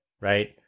right